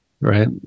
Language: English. right